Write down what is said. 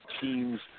teams